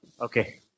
Okay